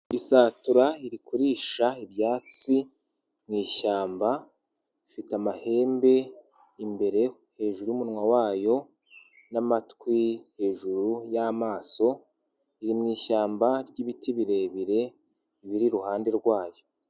Isatura iri kurisha ibyatsi mu ishyamba ifite amahembe imbere hejuru u'umunwa wayo n'amatwi hejuru y'amaso iri mu ishyamba ry'ibiti birebire biri iruhande rwayo.